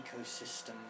ecosystem